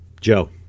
joe